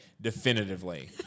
definitively